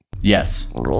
Yes